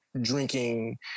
drinking